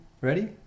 Ready